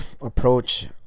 approach